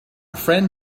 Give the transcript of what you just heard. friend